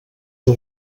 del